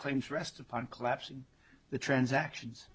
claims rests upon collapsing the transactions